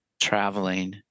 traveling